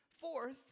Fourth